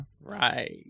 Right